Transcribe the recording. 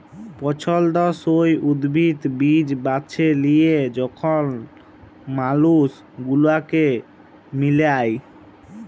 পছল্দসই উদ্ভিদ, বীজ বাছে লিয়ে যখল মালুস সেগুলাকে মিলায়